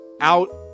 out